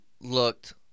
looked